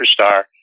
superstar